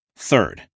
Third